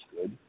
good